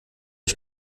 ich